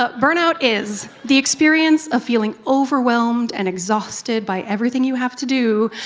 ah burnout is the experience of feeling overwhelmed and exhausted by everything you have to do,